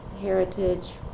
heritage